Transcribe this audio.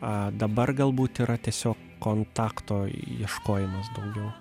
o dabar galbūt yra tiesiog kontakto ieškojimas daugiau